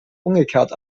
umgekehrt